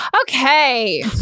Okay